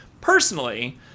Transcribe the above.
Personally